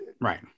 Right